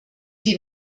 die